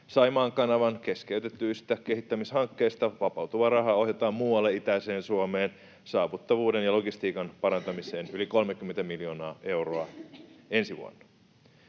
Saimaan kanavan keskeytetyistä kehittämishankkeista vapautuva raha ohjataan muualle itäiseen Suomeen saavutettavuuden ja logistiikan parantamiseen, yli 30 miljoonaa euroa ensi vuonna.